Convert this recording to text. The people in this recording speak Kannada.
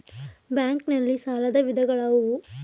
ಬ್ಯಾಂಕ್ ನಲ್ಲಿ ಸಾಲದ ವಿಧಗಳಾವುವು?